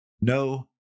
no